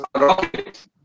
rocket